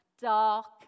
dark